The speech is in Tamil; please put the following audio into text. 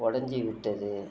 உடஞ்சி விட்டது